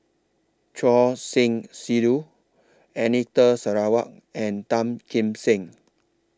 Choor Singh Sidhu Anita Sarawak and Tan Kim Seng